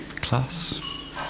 class